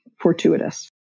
fortuitous